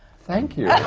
thank you!